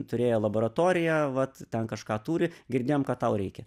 turėjo laboratoriją vat ten kažką turi girdėjom kad tau reikia